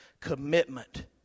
commitment